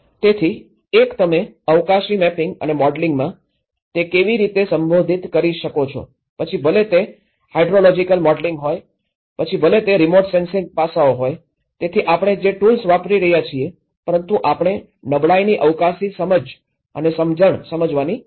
તેથી એક તમે અવકાશી મેપિંગ અને મોડેલિંગમાં તે કેવી રીતે સંબોધિત કરી શકો છો પછી ભલે તે હાઇડ્રોલોજિકલ મોડેલિંગ હોય પછી ભલે તે રીમોટ સેન્સિંગ પાસાઓ હોય તેથી આપણે જે ટૂલ્સ વાપરી રહ્યા છીએ પરંતુ આપણે નબળાઈની અવકાશી સમજણ સમજવાની જરૂર છે